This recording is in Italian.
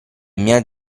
mia